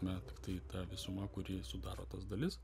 na tiktai ta visuma kuri sudaro tas dalis